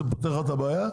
זה פותר את הבעיה?